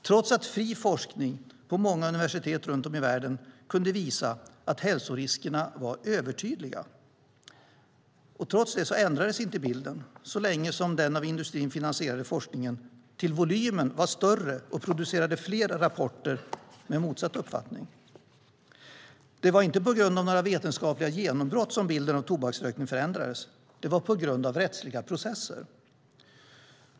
Trots att fri forskning på många universitet runt om i världen kunde visa att hälsoriskerna var övertydliga ändrades inte bilden så länge som den av industrin finansierade forskningen till volymen var större och producerade fler rapporter med motsatt uppfattning. Det var inte på grund av några vetenskapliga genombrott som bilden av tobaksrökning förändrades, utan det var på grund av rättsliga processer.